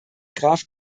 graf